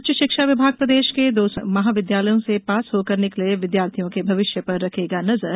उच्च शिक्षा विभाग प्रदेश के दो सौ महाविद्यालयों से पास होकर निकले विद्यार्थियों के भविष्य पर रखेगा नजर